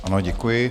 Ano, děkuji.